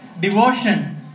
devotion